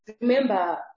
remember